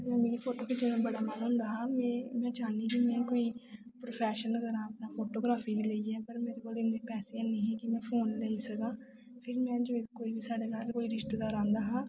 हून मिगी फोटो खिच्चने दा बड़ा मन होंदा हा में चाह्न्नीं कि में कोई प्रोफैशन करां फोटोग्राफरी गी लेइयै पर मेरे कोल पैसे नेईं हे कि में फोन लेई सकां फिर में जदूं बी कोई रिश्तेदार साढ़े घर आंदा हा